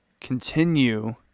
continue